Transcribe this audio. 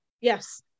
Yes